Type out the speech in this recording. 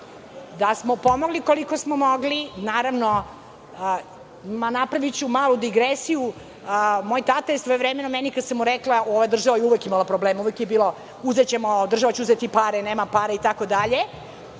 da smo pomogli koliko smo mogli. Naravno, napraviću malu digresiju, moj tata je svojevremeno, kada sam mu rekla, ova država je uvek imala problema, uvek je bila država će uzeti pare, nema para itd, da